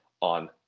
on